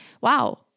wow